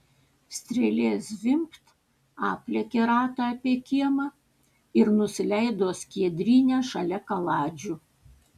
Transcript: strėlė zvimbt aplėkė ratą apie kiemą ir nusileido skiedryne šalia kaladžių